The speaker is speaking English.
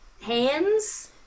hands